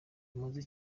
nimuze